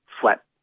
flat